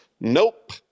nope